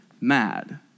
mad